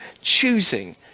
choosing